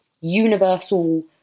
universal